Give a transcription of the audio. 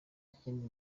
kindi